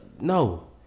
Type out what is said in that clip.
No